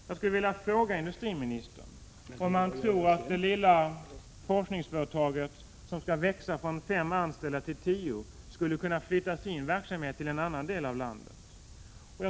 Jag skulle vilja fråga industriministern om han tror att det lilla forskningsföretaget som skall växa så att antalet anställda ökar från fem till tio skulle kunna flytta sin verksamhet till en annan del av landet.